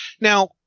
Now